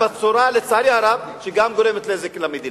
בצורה, לצערי הרב, שגם גורמת נזק למדינה.